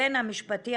"בין המשפטי,